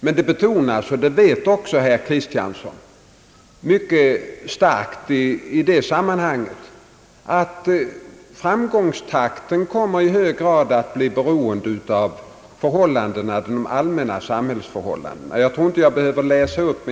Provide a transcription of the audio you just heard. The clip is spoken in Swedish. Men det betonades — och det vet också herr Kristiansson — mycket starkt i det sammanhanget att framgångstakten kommer att i hög grad bli beroende av de allmänna samhällsförhållandena.